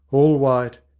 all white,